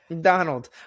donald